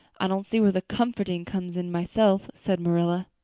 i don't see where the comforting comes in myself, said marilla.